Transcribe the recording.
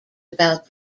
about